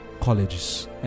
colleges